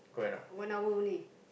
one hour only